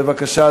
בבקשה,